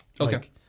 Okay